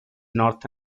north